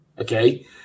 Okay